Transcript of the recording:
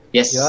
Yes